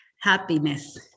happiness